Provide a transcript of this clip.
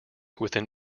within